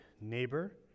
neighbor